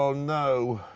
ah no.